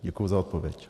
Děkuji za odpověď.